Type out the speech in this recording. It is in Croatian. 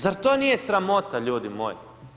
Zar to nije sramota ljudi moji?